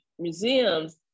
Museums